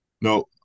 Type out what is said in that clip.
No